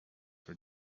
were